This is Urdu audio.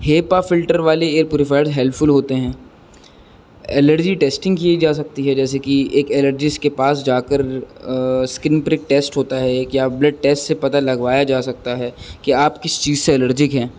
ہیپا فلٹر والے ایئر پیوریفائڈ ہیلپفل ہوتے ہیں الرجی ٹیسٹنگ کی جا سکتی ہے جیسے کہ ایک الرجیس کے پاس جا کر اسکن پر ایک ٹیسٹ ہوتا ہے ایک یا بلڈ ٹیسٹ سے پتا لگوایا جا سکتا ہے کہ آپ کس چیز سے الرجک ہیں